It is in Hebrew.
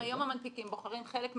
אם היום המנפיקים בוחרים חלק מהעסקאות,